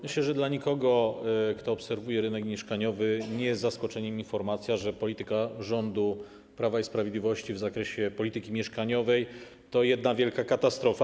Myślę, że dla nikogo, kto obserwuje rynek mieszkaniowy, nie jest zaskoczeniem informacja, że polityka rządu Prawa i Sprawiedliwości w zakresie polityki mieszkaniowej to jedna wielka katastrofa.